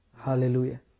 Hallelujah